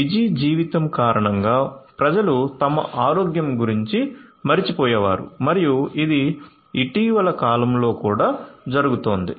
busy జీవితం కారణంగా ప్రజలు తమ ఆరోగ్యం గురించి మరచిపోయేవారు మరియు ఇది ఇటీవలి కాలంలో కూడా జరుగుతోంది